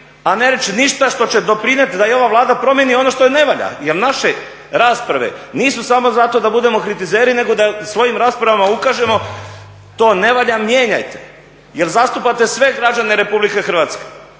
a ne reći ništa što će doprinijeti da i ova Vlada promijeni ono što ne valja. Jer naše rasprave nisu samo zato da budemo kritizeri nego da svojim raspravama ukažemo to ne valja, mijenjajte. Jer zastupate sve građane Republike Hrvatske